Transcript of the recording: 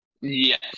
Yes